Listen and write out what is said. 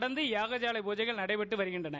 தொடர்ந்து யாகசாலை பூஜஜகள் நடைபெற்று வருகின்றன